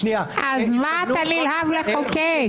אז מה אתה נלהב לחוקק?